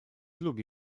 lubi